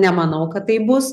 nemanau kad taip bus